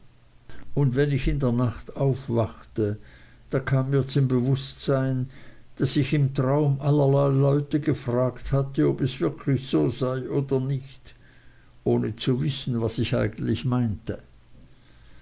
und wenn ich in der nacht aufwachte da kam mir zum bewußtsein daß ich im traum allerlei leute gefragt hatte ob es wirklich so sei oder nicht ohne zu wissen was ich eigentlich meinte